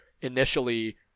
initially